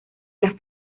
las